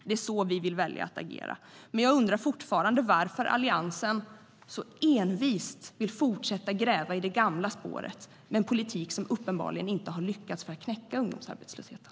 Det är så vi vill välja att agera. Jag undrar fortfarande varför Alliansen så envist vill fortsätta att gräva i det gamla spåret med en politik som uppenbarligen inte har lyckats knäcka ungdomsarbetslösheten.